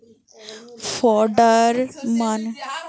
fodder মানে হতিছে যে খাদ্য পশুদের খাওয়ানর লিগে চাষ করা হতিছে